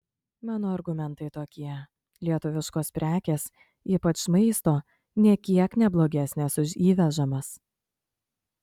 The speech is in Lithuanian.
mano argumentai tokie lietuviškos prekės ypač maisto nė kiek ne blogesnės už įvežamas